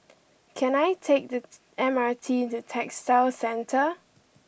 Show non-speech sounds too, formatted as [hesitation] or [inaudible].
can I take the [hesitation] M R T The Textile Centre